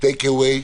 טייק אווי,